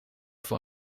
voor